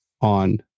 on